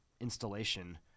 installation